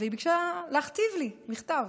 והיא ביקשה להכתיב לי מכתב.